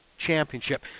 championship